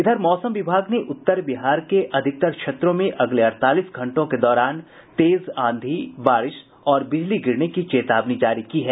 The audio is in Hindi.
इधर मौसम विभाग ने उत्तर बिहार के अधिकांश क्षेत्रों में अगले अड़तालीस घंटों के दौरान तेज आंधी बारिश और बिजली गिरने की चेतावनी जारी की है